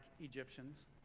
Egyptians